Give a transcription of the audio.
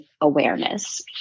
awareness